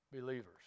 believers